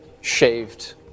shaved